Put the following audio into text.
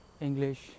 English